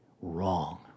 wrong